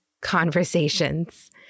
conversations